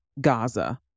Gaza